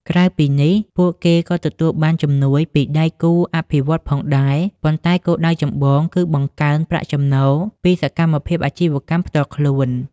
ក្រៅពីនេះ ពួកគេក៏ទទួលបានជំនួយពីដៃគូអភិវឌ្ឍន៍ផងដែរ ប៉ុន្តែគោលដៅចម្បងគឺបង្កើនប្រាក់ចំណូលពីសកម្មភាពអាជីវកម្មផ្ទាល់ខ្លួន ។